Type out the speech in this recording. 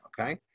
okay